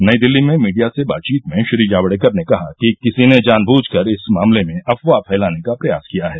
नई दिल्ली में मीडिया से बातचीत में श्री जावड़ेकर ने कहा कि किसी ने जानब्रूझ कर इस मामले में अफवाह फैलाने का प्रयास किया है